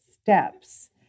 steps